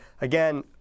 Again